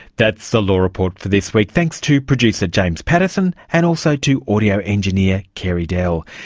that's the law report for this week. thanks to producer james pattison and also to audio engineer, carey dell.